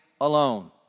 alone